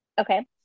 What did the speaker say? Okay